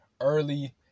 early